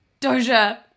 Doja